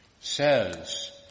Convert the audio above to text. says